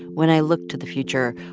when i looked to the future,